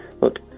Look